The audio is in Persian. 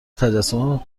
تجسم